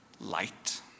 light